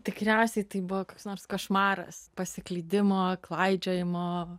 tikriausiai tai buvo koks nors košmaras pasiklydimo klaidžiojimo